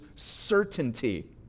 certainty